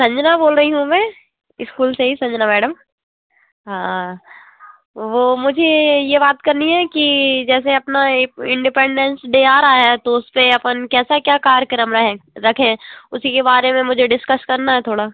संजना बोल रही हूँ मैं इस्कुल से इ संजना मैडम हाँ वो मुझे ये बात करनी है कि जैसे अपना इं इंडिपेंडेंस डे आ रहा है तो उसमें अपन कैसा क्या कार्यक्रम रहे रखें उसी के बारे मे मुझे डिस्कस करना है थोड़ा